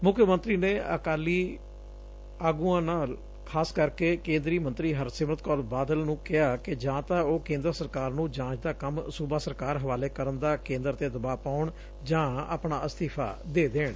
ਮੁੱਖ ਮੰਤਰੀ ਨੇ ਅਕਾਲੀ ਆਗੁਆਂ ਖਾਸ ਕਰਕੇ ਕੇਂਦਰੀ ਮੰਤਰੀ ਹਰਸਿਮਰਤ ਕੌਰ ਬਾਦਲ ਨੁੰ ਕਿਹਾ ਕਿ ਜਾਂ ਤਾਂ ਉਹ ਕੇਂਦਰ ਸਰਕਾਰ ਨੂੰ ਜਾਂਚ ਦਾ ਕੰਮ ਸੁਬਾ ਸਰਕਾਰ ਹਵਾਲੇ ਕਰਨ ਦਾ ਕੇਂਦਰ ਤੋਂ ਦਬਾਅ ਪਾਉਣਾ ਜਾਂ ਆਪਣਾ ਅਸਤੀਫਾ ਦੇ ਦੇਣ